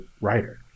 writer